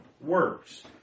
works